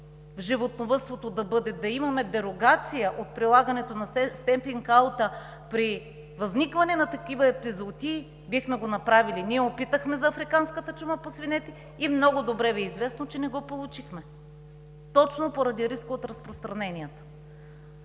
в животновъдството да бъде, да имаме дерогация от прилагането на степинг аута при възникване на такива епизоотии, бихме го направили. Ние опитахме за африканската чума по свинете и много добре Ви е известно, че не го получихме точно поради риска от разпространението.